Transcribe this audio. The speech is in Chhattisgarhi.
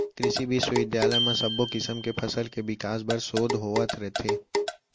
कृसि बिस्वबिद्यालय म सब्बो किसम के फसल के बिकास बर सोध होवत रथे